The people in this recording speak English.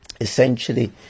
essentially